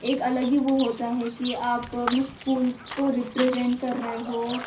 ایک الگ ہی وہ ہوتا ہے کہ آپ اپنے اسکول کو ریپریزنٹ کر رہے ہو